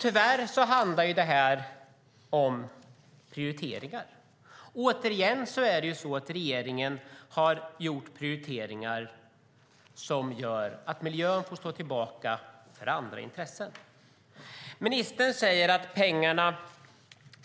Tyvärr är det fråga om prioriteringar. Återigen har regeringen gjort prioriteringar som gör att miljön får stå tillbaka för andra intressen. Ministern säger att pengarna